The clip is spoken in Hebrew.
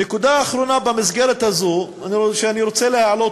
נקודה אחרונה במסגרת הזאת, שאני רוצה להעלות,